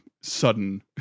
sudden